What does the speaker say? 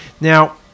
Now